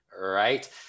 Right